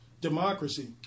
democracy